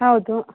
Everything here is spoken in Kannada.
ಹೌದು